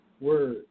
word